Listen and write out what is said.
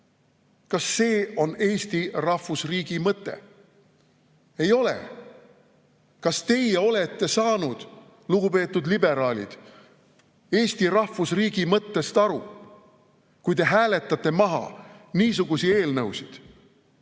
Kas see on Eesti rahvusriigi mõte? Ei ole! Kas teie, lugupeetud liberaalid, olete saanud Eesti rahvusriigi mõttest aru, kui te hääletate maha niisuguseid eelnõusid?